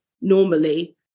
normally